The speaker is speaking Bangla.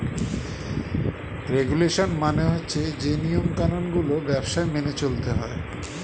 রেগুলেশন মানে হচ্ছে যে নিয়ম কানুন গুলো ব্যবসায় মেনে চলতে হয়